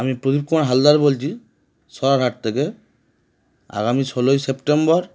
আমি প্রদীপ কুমার হালদার বলছি সদরহাট থেকে আগামী ষোলোই সেপ্টেম্বর